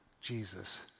Jesus